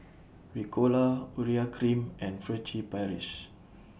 Ricola Urea Cream and Furtere Paris